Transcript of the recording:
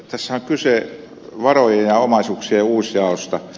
tässähän on kyse varojen ja omaisuuksien uusjaosta